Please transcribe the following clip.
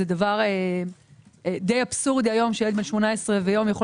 זה דבר די אבסורדי שילד בן 18 ויום יכול